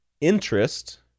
interest